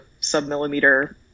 submillimeter